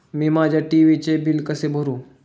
मी माझ्या टी.व्ही चे बिल कसे भरू?